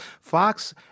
Fox